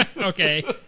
Okay